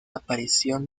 aparición